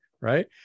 right